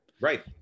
Right